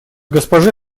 госпоже